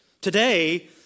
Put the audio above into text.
Today